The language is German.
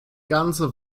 ganze